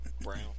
brown